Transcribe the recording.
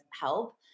help